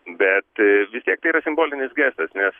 bet vis tiek tai yra simbolinis gestas nes